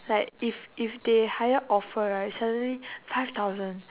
like if if they higher offer right suddenly five thousand